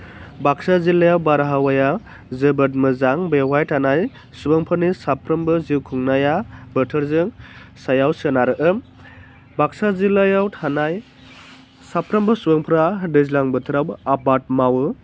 बाक्सा जिल्लायाव बारहावाया जोबोद मोजां बेवहाय थानाय सुबुंफोरनि साफ्रोमबो जिउ खुंनाया बोथोरजों सायाव सोनारगोन बाक्सा जिल्लायाव थानाय साफ्रोमबो सुबुंफ्रा दैज्लां बोथोराव आबाद मावो